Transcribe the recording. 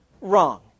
wrong